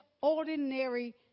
ordinary